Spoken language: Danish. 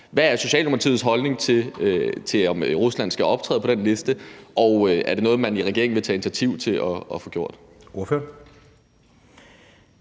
Hvad er Socialdemokratiets holdning til, om Rusland skal optages på den liste, og er det noget, man i regeringen vil tage initiativ til at få gjort? Kl.